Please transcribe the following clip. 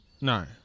No